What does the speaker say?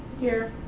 here.